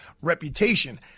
reputation